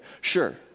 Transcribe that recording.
sure